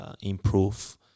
improve